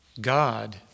God